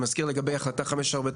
אני מזכיר לגבי החלטה 549,